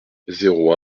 zéro